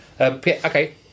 okay